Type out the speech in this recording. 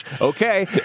Okay